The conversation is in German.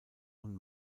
und